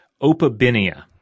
opabinia